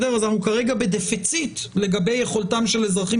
אנחנו כרגע בדפיציט לגבי יכולתם של אזרחים